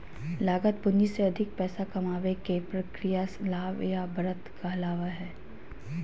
लागत पूंजी से अधिक पैसा कमाबे के प्रक्रिया लाभ या बढ़त कहलावय हय